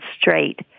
straight